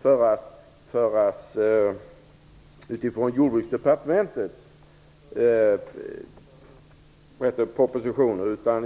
föras med anledning av en proposition från Jordbruksdepartementet.